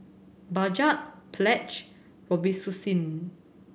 Bajaj Pledge Robitussin